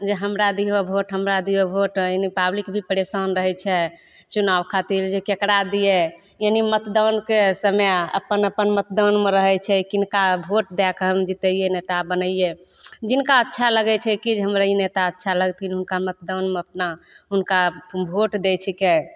जे हमरा दिहऽ भोट हमरा दिहऽ भोट एहिमे पब्लिक भी परेशान रहै छै चुनाव खातिर जेकि ककरा दिए यानि मतदानके समय अपन अपन मतदानमे रहै छै कि किनका भोट दैके हम जितैए नेता बनैए जिनका अच्छा लगै छै कि जे हमरा ई नेता अच्छा लगथिन हुनका मतदानमे अपना हुनका भोट दै छिकै